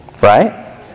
Right